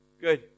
Good